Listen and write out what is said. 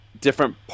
different